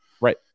Right